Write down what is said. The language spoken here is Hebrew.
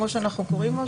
כמו שאנחנו קוראים לו,